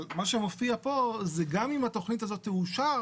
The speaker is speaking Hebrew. אבל מה שמופיע פה זה שגם אם התכנית הזאת תאושר,